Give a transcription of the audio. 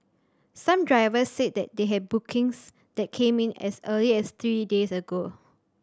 some drivers said that they had bookings that came in as early as three days ago